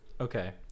Okay